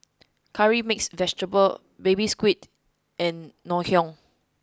curry mixed vegetable baby squid and Ngoh Hiang